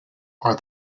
are